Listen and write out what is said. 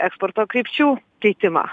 eksporto krypčių keitimą